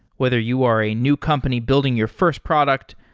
whether you are a new company building your first product,